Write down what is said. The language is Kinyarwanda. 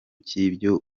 cy’ibyo